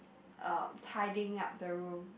uh tiding up the room